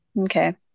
Okay